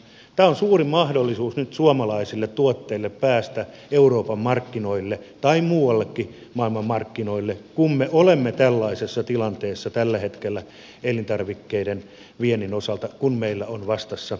tämä on suuri mahdollisuus nyt suomalaisille tuotteille päästä euroopan markkinoille tai muuallekin maailman markkinoille kun me olemme tällaisessa tilanteessa tällä hetkellä elintarvikkeiden viennin osalta kun meillä on vastassa venäjä pakotteet